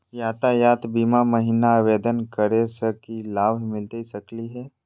यातायात बीमा महिना आवेदन करै स की लाभ मिलता सकली हे?